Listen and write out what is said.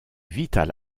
vital